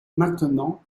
maintenant